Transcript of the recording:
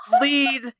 lead